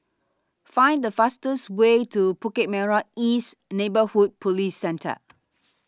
Find The fastest Way to Bukit Merah East Neighbourhood Police Centre